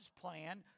plan